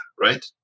right